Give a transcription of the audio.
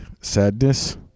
sadness